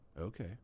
Okay